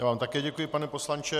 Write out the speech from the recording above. Já vám také děkuji, pane poslanče.